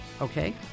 Okay